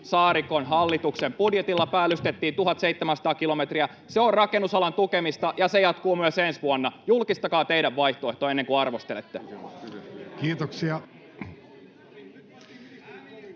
tämä hallituksen vai opposition kyselytunti?] Se on rakennusalan tukemista, ja se jatkuu myös ensi vuonna. Julkistakaa teidän vaihtoehto ennen kuin arvostelette.